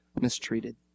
mistreated